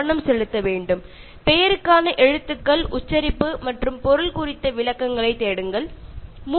മനസ്സിലായില്ലെങ്കിൽ സ്പെല്ലിങ്ങും ഉച്ചാരണവും അർഥവും എല്ലാം ചോദിച്ചു മനസ്സിലാക്കാവുന്നതാണ്